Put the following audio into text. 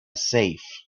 safe